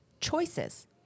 choices